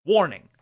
Warning